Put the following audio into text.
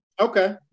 Okay